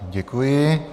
Děkuji.